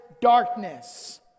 darkness